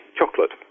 chocolate